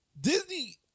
Disney